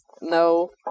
No